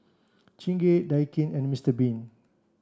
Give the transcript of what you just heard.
Chingay Daikin and Mister bean